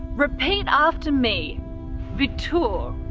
repeat after me vitur